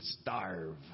starve